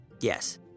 yes